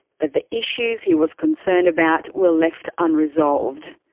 but the issues he was concerned about were left unresolved.